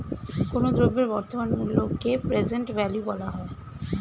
কোনো দ্রব্যের বর্তমান মূল্যকে প্রেজেন্ট ভ্যালু বলা হয়